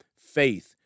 faith